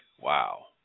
wow